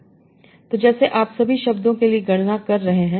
तो जैसे आप सभी शब्दों के लिए गणना कर रहे हैं